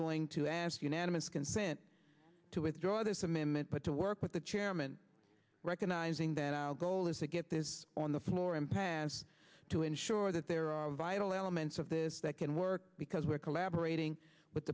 going to ask unanimous consent to withdraw this amendment but to work with the chairman recognizing that our goal is to get this on the floor and pass to ensure that there are vital elements of this that can work because we are collaborating with